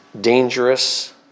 dangerous